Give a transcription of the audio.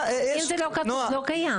אם זה לא כתוב זה לא קיים.